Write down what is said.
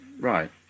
Right